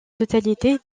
totalité